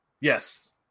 Yes